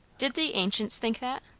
did the ancients think that?